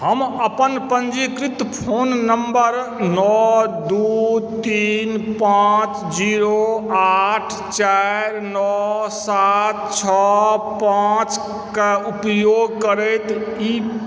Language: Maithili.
हम अपन पञ्जीकृत फोन नम्बर नओ दू तीन पाँच जीरो आठ चाइर नओ सात छओ पाँचके उपयोग करैत